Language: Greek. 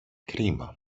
κρίμα